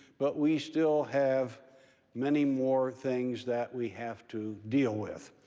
but we still have many more things that we have to deal with.